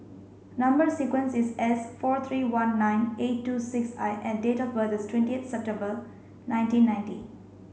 number sequence is S four three one nine eight two six I and date of birth is twenty eight September nineteen ninety